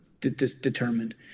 determined